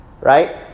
Right